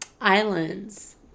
Islands